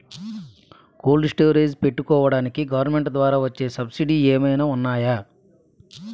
Cold storage పెట్టుకోడానికి government ద్వారా వచ్చే సబ్సిడీ ఏమైనా ఉన్నాయా?